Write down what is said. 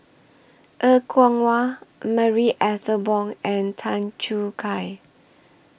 Er Kwong Wah Marie Ethel Bong and Tan Choo Kai